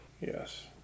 Yes